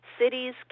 cities